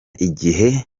igihe